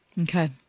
Okay